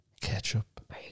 Ketchup